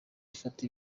ifata